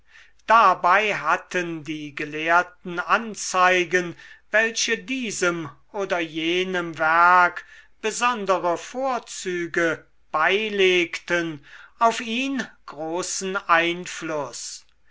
dabei hatten die gelehrten anzeigen welche diesem oder jenem werk besondere vorzüge beilegten auf ihn großen einfluß